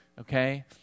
Okay